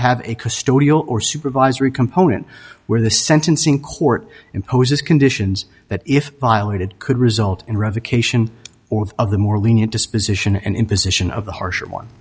custodial or supervisory component where the sentencing court imposes conditions that if violated could result in revocation or of the more lenient disposition and imposition of the harsher one